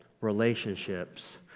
relationships